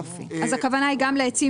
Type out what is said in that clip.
הכוונה היא גם ל"עצים,